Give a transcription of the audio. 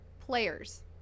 players